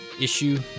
issue